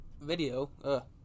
video